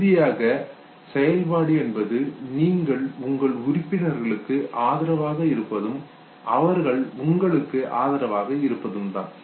இறுதியாக செயல்பாடு என்பது நீங்கள் உங்கள் உறுப்பினர்களுக்கு ஆதரவாக இருப்பதும் அவர்கள் உங்களுக்கு ஆதரவாக இருப்பதும் தான்